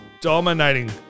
dominating